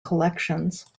collections